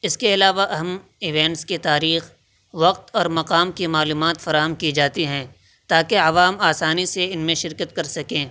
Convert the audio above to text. اس کے علاوہ اہم ایونٹس کی تاریخ وقت اور مقام کی معلومات فراہم کی جاتی ہیں تاکہ عوام آسانی سے ان میں شرکت کر سکیں